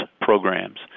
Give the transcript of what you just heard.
programs